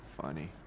funny